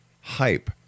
hype